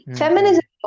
feminism